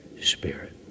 Spirit